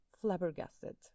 flabbergasted